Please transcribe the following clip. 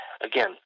again